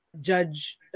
Judge